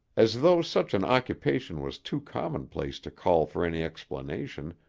as though such an occupation was too commonplace to call for any explanation,